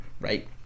right